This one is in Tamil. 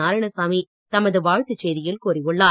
நாராயணசாமி தமது வாழ்த்துச் செய்தியில் கூறியுள்ளார்